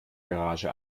garage